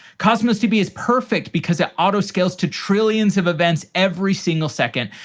cosmos db is perfect because it auto-scale to trillions of events every single second.